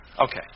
Okay